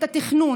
את התכנון,